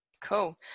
Cool